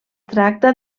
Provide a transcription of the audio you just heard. tracta